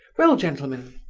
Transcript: well, gentlemen,